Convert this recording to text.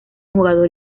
jugador